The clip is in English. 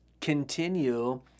continue